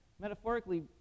metaphorically